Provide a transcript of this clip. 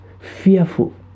fearful